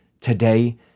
today